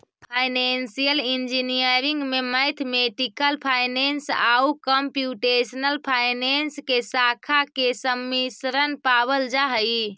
financial engineering में mathematical finance आउ computational finance के शाखा के सम्मिश्रण पावल जा हई